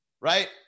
Right